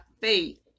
faith